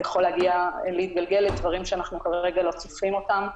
הוא יכול להתגלגל לדברים שאנחנו לא צופים אותם כרגע.